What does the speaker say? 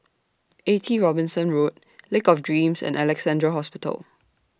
eighty Robinson Road Lake of Dreams and Alexandra Hospital